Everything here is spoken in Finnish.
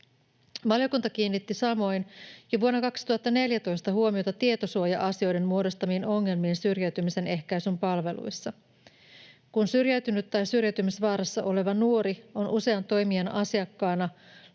Valiokunta kiinnitti samoin jo vuonna 2014 huomiota tietosuoja-asioiden muodostamiin ongelmiin syrjäytymisen ehkäisyn palveluissa. Kun syrjäytynyt tai syrjäytymisvaarassa oleva nuori on usean toimijan asiakkaana,